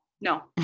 No